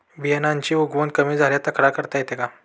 बियाण्यांची उगवण कमी झाल्यास तक्रार करता येते का?